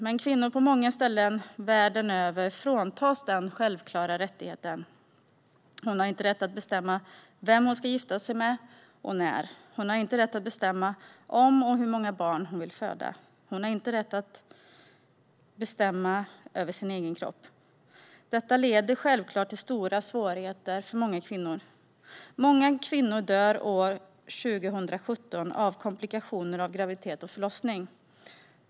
Men kvinnor på många ställen världen över fråntas den självklara rättigheten. Hon har inte rätt att bestämma med vem hon ska gifta sig eller när det ska ske. Hon har inte rätt att bestämma om och hur många barn hon vill föda. Hon har inte rätt att bestämma över sin egen kropp. Detta leder självklart till stora svårigheter för många kvinnor. Många kvinnor dör år 2017 av komplikationer i samband med graviditet och förlossning.